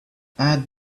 add